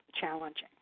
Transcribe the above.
challenging